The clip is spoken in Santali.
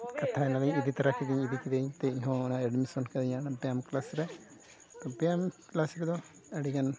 ᱠᱟᱛᱷᱟᱭ ᱮᱱᱟᱞᱤᱧ ᱤᱫᱤᱛᱟᱨᱟ ᱠᱤᱫᱤᱧᱟᱭ ᱤᱫᱤᱮ ᱠᱤᱫᱤᱧᱛᱮ ᱤᱧᱦᱚᱸ ᱚᱱᱟ ᱠᱟᱫᱤᱧᱟᱭ ᱚᱱᱟ ᱛᱟᱭᱚᱢ ᱨᱮ ᱵᱮᱭᱟᱢ ᱨᱮᱫᱚ ᱟᱹᱰᱤᱜᱟᱱ